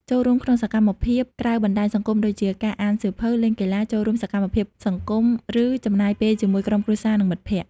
ចូលរួមក្នុងសកម្មភាពក្រៅបណ្តាញសង្គមដូចជាការអានសៀវភៅ លេងកីឡា ចូលរួមសកម្មភាពសង្គម ឬចំណាយពេលជាមួយក្រុមគ្រួសារ និងមិត្តភក្តិ។